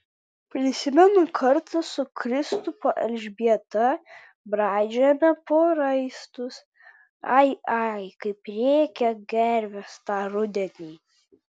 prisimenu kartą su kristupo elžbieta braidžiojome po raistus ai ai kaip rėkė gervės tą rudenį